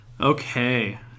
Okay